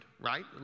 right